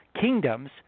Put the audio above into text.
kingdoms